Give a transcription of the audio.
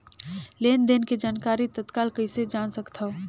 लेन देन के जानकारी तत्काल कइसे जान सकथव?